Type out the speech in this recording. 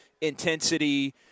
intensity